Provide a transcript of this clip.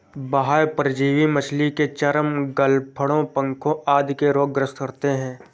बाह्य परजीवी मछली के चर्म, गलफडों, पंखों आदि के रोग ग्रस्त करते है